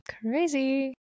Crazy